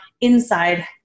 inside